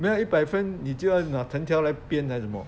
没有一百分你就要拿藤条来鞭还是什么